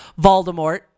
Voldemort